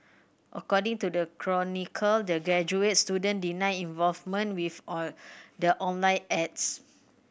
according to the Chronicle the graduate student denied involvement with the online ads